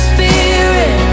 Spirit